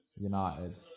United